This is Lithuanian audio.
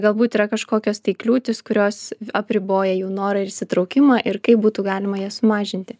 galbūt yra kažkokios tai kliūtys kurios apriboja jų norą ir įsitraukimą ir kaip būtų galima jas sumažinti